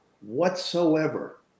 whatsoever